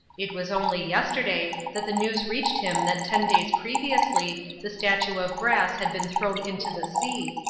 it was only yesterday that the news reached him that ten days previously the statue of brass had been thrown into the sea,